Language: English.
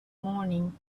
morning